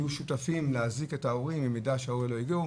שהם יהיו שותפים להזעיק את ההורים במידה שהילד לא הגיע.